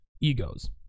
egos